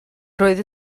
roedd